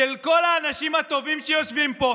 של כל האנשים הטובים שיושבים פה,